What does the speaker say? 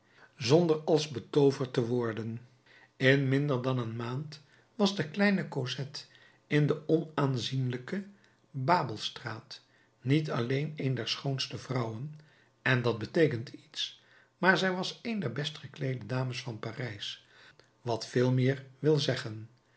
zonder als betooverd te worden in minder dan een maand was de kleine cosette in de onaanzienlijke babelstraat niet alleen een der schoonste vrouwen en dat beteekent iets maar zij was een der best gekleede dames van parijs wat veel meer wil zeggen